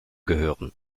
gehören